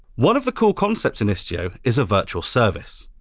one of the core concepts in istio is a virtual service.